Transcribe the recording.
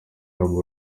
guhora